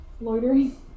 loitering